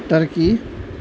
turkey